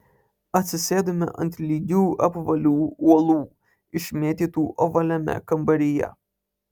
atsisėdome ant lygių apvalių uolų išmėtytų ovaliame kambaryje